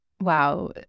Wow